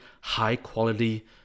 high-quality